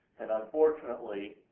and unfortunately,